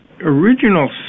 original